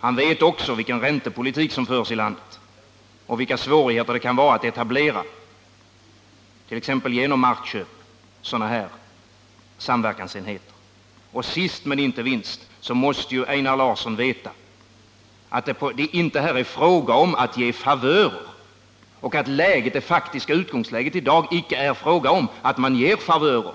Han vet också vilken räntepolitik som förs i landet och vilka svårigheter det kan vara att etablera sådana här samverkansenheter, t.ex. genom markköp. Sist men inte minst måste Einar Larsson veta att det är inte är fråga om att ge favörer och att det faktiska utgångsläget i dag inte är sådant att man ger favörer